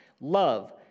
Love